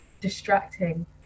distracting